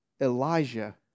Elijah